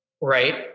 Right